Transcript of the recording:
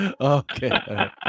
Okay